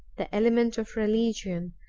the element of religion,